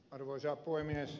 arvoisa puhemies